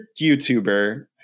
YouTuber